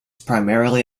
primarily